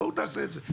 בואו נעשה את זה.